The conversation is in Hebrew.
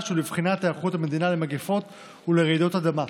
ולבחינת היערכות המדינה למגפות ולרעידות אדמה.